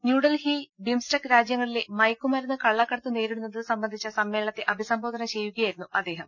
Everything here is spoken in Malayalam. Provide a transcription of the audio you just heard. ന്യൂഡൽഹിയിൽ ബിംസ് സ്റ്റിക് രാജ്യങ്ങളിലെ മയക്കുമരുന്ന് കള്ളക്കടത്ത് നേരിടുന്നത് സംബന്ധിച്ച സമ്മേളനത്തെ അഭിസംബോധന ചെയ്യുകയായിരുന്നു അദ്ദേഹം